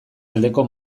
aldeko